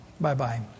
Bye-bye